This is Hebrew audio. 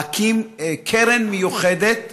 להקים קרן מיוחדת